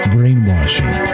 Brainwashing